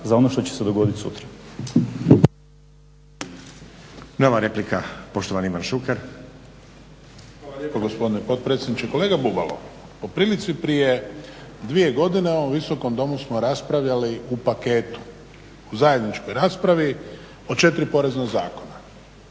za ono što će se dogoditi sutra.